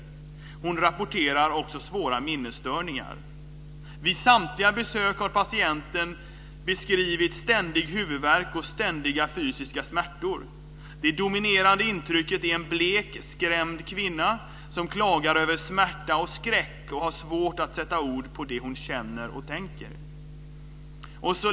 Hon rapporterar också svåra minnesstörningar" - "Vid samtliga besök har patienten beskrivit ständig huvudvärk och ständiga fysiska smärtor. Det dominerande intrycket är en blek, skrämd kvinna som klagar över smärta och skräck och har svårt att sätta ord på det hon tänker och känner."